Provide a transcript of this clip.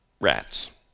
rats